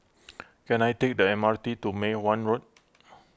can I take the M R T to Mei Hwan Road